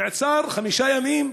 נעצר לחמישה ימים,